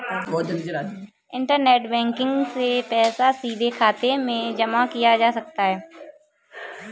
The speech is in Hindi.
इंटरनेट बैंकिग से पैसा सीधे खाते में जमा किया जा सकता है